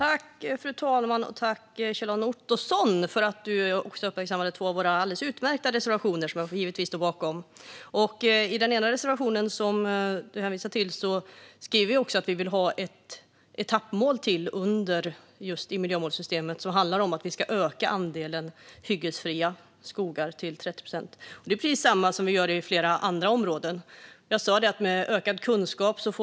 Fru talman! Tack, Kjell-Arne Ottosson, för att du uppmärksammar två av våra alldeles utmärkta reservationer, som jag givetvis står bakom. I den ena skriver vi också att vi vill ha ett etappmål till i miljömålssystemet som handlar om att vi ska öka andelen hyggesfria skogar till 30 procent. Det är precis detsamma som vi gör på flera andra områden.